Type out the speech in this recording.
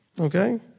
Okay